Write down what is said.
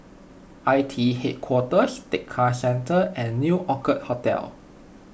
I T E Headquarters Tekka Centre and New Orchid Hotel